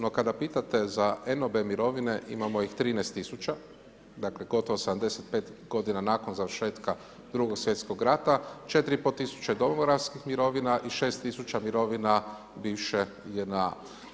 No kada pitate za enobe mirovine, imamo ih 13 tisuća, dakle gotovo 75 godina nakon završetka Drugog svjetskog rata, 4,5 tisuće domobranskih mirovina i 6 tisuća mirovina bivše JNA.